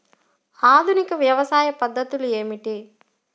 ఆధునిక వ్యవసాయ పద్ధతులు ఏమిటి?